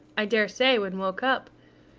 i daresay, when woke up.